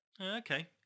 Okay